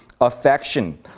affection